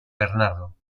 bernardo